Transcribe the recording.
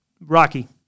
rocky